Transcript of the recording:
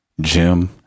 Jim